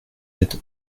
êtes